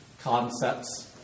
concepts